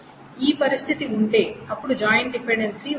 ఈ పరిస్థితి ఉంటే అప్పుడు జాయిన్ డిపెండెన్సీ ఉంటుంది